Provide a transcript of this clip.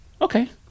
okay